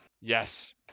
Yes